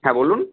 হ্যাঁ বলুন